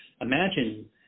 Imagine